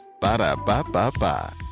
Ba-da-ba-ba-ba